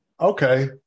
Okay